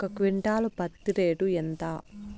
ఒక క్వింటాలు పత్తి రేటు ఎంత?